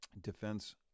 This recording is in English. Defense